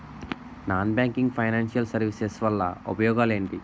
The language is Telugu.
నాన్ బ్యాంకింగ్ ఫైనాన్షియల్ సర్వీసెస్ వల్ల ఉపయోగాలు ఎంటి?